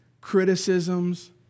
criticisms